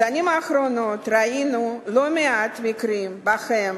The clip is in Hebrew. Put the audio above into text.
בשנים האחרונות ראינו לא מעט מקרים שבהם